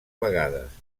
vegades